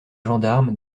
gendarmes